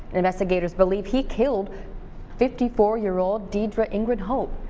investigators believe he killed fifty four year old deidre ingram-hope.